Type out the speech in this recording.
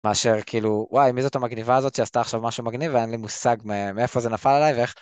מאשר כאילו, וואי מי זאת המגניבה הזאת שעשתה עכשיו משהו מגניב ואין לי מושג מאיפה זה נפל עליי ואיך.